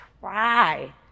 try